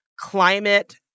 climate